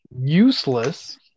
useless